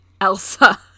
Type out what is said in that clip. Elsa